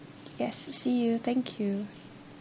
yes see you thank you